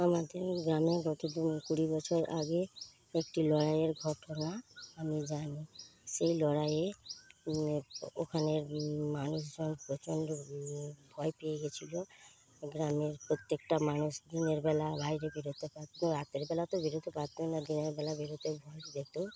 আমাদের গ্রামে গত কুড়ি বছর আগে একটি লড়াইয়ের ঘটনা আমি জানি সেই লড়াইয়ে ওখানের মানুষজন প্রচণ্ড ভয় পেয়ে গিয়েছিলো গ্রামের প্রত্যেকটা মানুষ দিনের বেলা বাইরে বেরোতে রাতের বেলা তো বেরোতে পারতই না দিনের বেলা বেরোতেও ভয় পেত